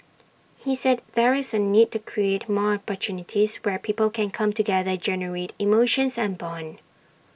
he said there is A need to create more opportunities where people can come together generate emotions and Bond